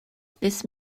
this